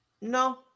no